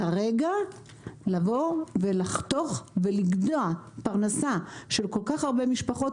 כרגע לבוא ולחתוך ולגדוע פרנסה של כל כך הרבה משפחות,